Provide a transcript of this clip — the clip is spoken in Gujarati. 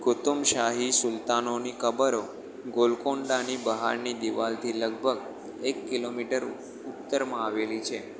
કુતુમશાહી સુલતાનોની કબરો ગોલકોંડાની બહારની દિવાલથી લગભગ એક કિલોમીટર ઉત્તરમાં આવેલી છે